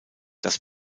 das